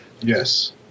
Yes